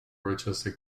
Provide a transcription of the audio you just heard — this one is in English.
rochester